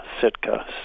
Sitka